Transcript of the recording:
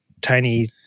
tiny